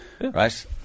right